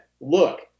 look